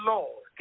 Lord